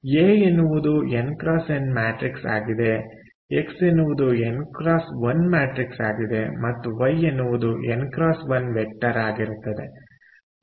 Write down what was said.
A ಎನ್ನುವುದು n x n matrix ಆಗಿದೆ X ಎನ್ನುವುದು n x 1 ಮ್ಯಾಟ್ರಿಕ್ಸ್ ಆಗಿದೆ ಮತ್ತು ವೈ ಎನ್ನುವುದು n x 1 ವೆಕ್ಟರ್ ಆಗಿರುತ್ತದೆ